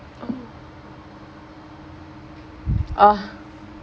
oh oh